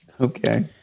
Okay